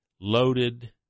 loaded